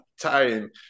time